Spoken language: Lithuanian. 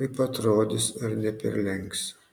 kaip atrodys ar neperlenksiu